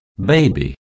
baby